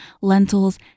lentils